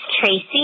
Tracy